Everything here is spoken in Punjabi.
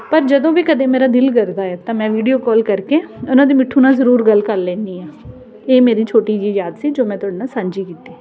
ਪਰ ਜਦੋਂ ਵੀ ਕਦੇ ਮੇਰਾ ਦਿਲ ਕਰਦਾ ਹੈ ਤਾਂ ਮੈਂ ਵੀਡੀਓ ਕਾਲ ਕਰਕੇ ਉਹਨਾਂ ਦੇ ਮਿੱਠੂ ਨਾਲ ਜ਼ਰੂਰ ਗੱਲ ਕਰ ਲੈਂਦੀ ਹਾਂ ਇਹ ਮੇਰੀ ਛੋਟੀ ਜਿਹੀ ਯਾਦ ਸੀ ਜੋ ਮੈਂ ਤੁਹਾਡੇ ਨਾਲ ਸਾਂਝੀ ਕੀਤੀ